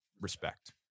respect